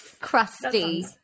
Crusty